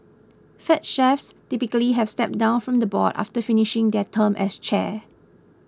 fed chiefs typically have stepped down from the board after finishing their term as chair